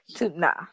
Nah